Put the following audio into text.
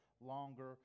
longer